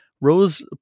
Rose